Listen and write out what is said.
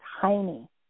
tiny